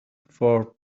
for